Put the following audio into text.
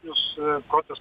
jūs kokios